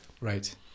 Right